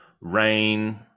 rain